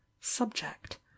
subject